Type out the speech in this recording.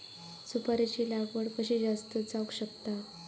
सुपारीची लागवड कशी जास्त जावक शकता?